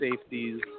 safeties